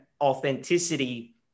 authenticity